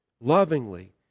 lovingly